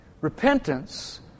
Repentance